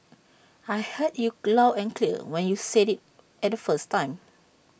I heard you and clear when you said IT at the first time